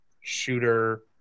shooter